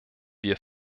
wir